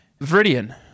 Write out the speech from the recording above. Viridian